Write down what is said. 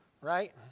right